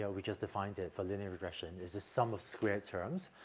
yeah we just defined it for linear regression, is the sum of squared terms,